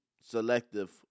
selective